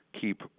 keep